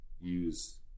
use